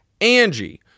Angie